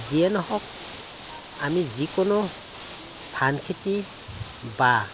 যিয়ে নহওক আমি যিকোনো ধান খেতি বা